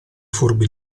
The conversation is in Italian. furbi